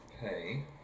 pay